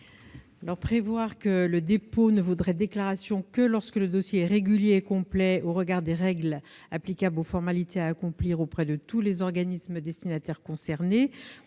? Prévoir que le dépôt ne vaudrait déclaration que lorsque le dossier est régulier et complet au regard des règles applicables aux formalités à accomplir auprès de tous les organismes destinataires concernés